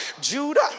Judah